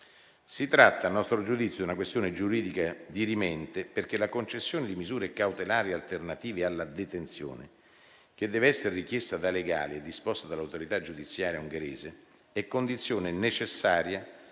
Si tratta - a nostro giudizio - di una questione giuridica dirimente, perché la concessione di misure cautelari alternative alla detenzione, che deve essere richiesta dai legali e disposta dall'autorità giudiziaria ungherese, è condizione necessaria